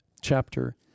chapter